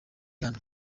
hano